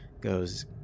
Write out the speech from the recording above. goes